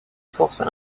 force